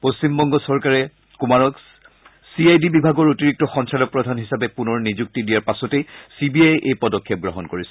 পশ্চিমবংগ চৰকাৰে কুমাৰক C I D বিভাগৰ অতিৰিক্ত সঞ্চালক প্ৰধান হিচাপে পুনৰ নিযুক্তি দিয়াৰ পাছতেই চি বি আয়ে এই পদক্ষেপ গ্ৰহণ কৰিছে